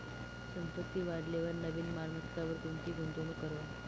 संपत्ती वाढेलवर नवीन मालमत्तावर कोणती गुंतवणूक करवा